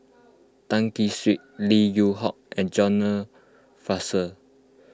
Tan Kee Sek Lim Yew Hock and John Fraser